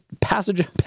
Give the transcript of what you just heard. passage